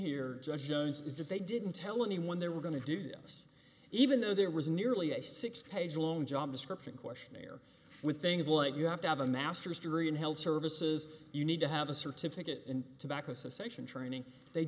here judge jones is that they didn't tell anyone they were going to do this even though there was nearly a six page long job description questionnaire with things like you have to have a master's degree in health services you need to have a certificate in tobacco cessation training they